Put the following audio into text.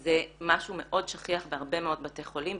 זה משהו מאוד שכיח בהרבה מאוד בתי חולים,